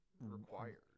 required